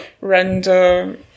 render